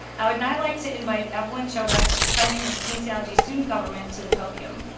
i would now like to invite evelyn chodock, president of the kinesiology student government to the podium.